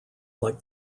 like